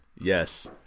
Yes